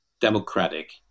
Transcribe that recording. democratic